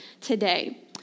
today